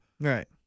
right